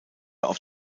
auf